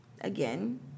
again